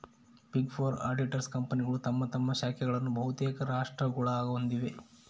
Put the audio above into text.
big four auditors ಕಂಪನಿಗಳು ತಮ್ಮ ತಮ್ಮ ಶಾಖೆಗಳನ್ನು ಬಹುತೇಕ ರಾಷ್ಟ್ರಗುಳಾಗ ಹೊಂದಿವ